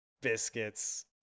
Biscuits